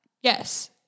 yes